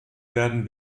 werden